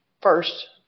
first